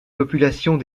populations